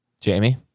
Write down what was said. Jamie